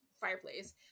fireplace